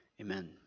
Amen